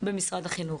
במשרד החינוך.